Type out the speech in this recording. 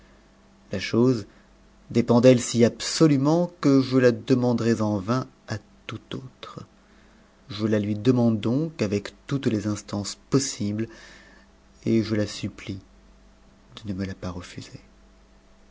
la chose dépend d ette si absolument que la demanderais en vain à tout autre je la lui demande donc avec toutes les nistances possibles et je la supplie de ne me la pas refuser